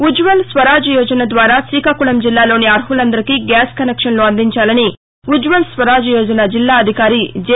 ఉజ్వల్ స్వరాజ్ యోజన ద్వారా శీకాకుళం జిల్లాలోని అర్ములందరికి గ్యాస్ కనెక్షన్లు అందించాలని ఉజ్వల్ స్వరాజ్ యోజన జిల్లా అధికారి జె